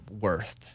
worth